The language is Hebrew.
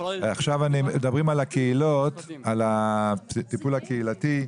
עכשיו מדברים על הטיפול הקהילתי.